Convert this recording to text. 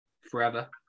Forever